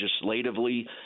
legislatively